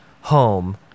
home